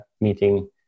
meeting